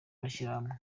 mashyirahamwe